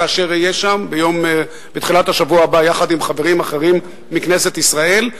כאשר אהיה שם בתחילת השבוע הבא יחד עם חברים אחרים מכנסת ישראל,